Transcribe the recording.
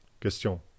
Question